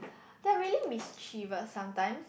they're really mischievous sometimes